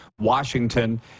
Washington